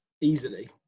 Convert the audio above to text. easily